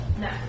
No